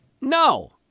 No